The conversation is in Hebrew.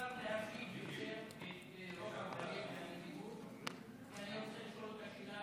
אפשר, כי אני רוצה לשאול אותו שאלה